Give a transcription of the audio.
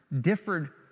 differed